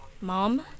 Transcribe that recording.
Mom